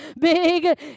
big